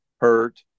hurt